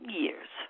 years